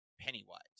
Pennywise